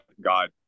God